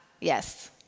yes